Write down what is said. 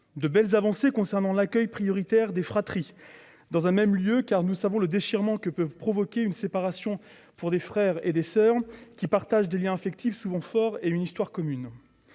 ces belles avancées figure l'accueil prioritaire des fratries dans un même lieu. Nous savons en effet le déchirement que peut provoquer une séparation pour des frères et soeurs qui partagent des liens affectifs souvent forts et une histoire commune.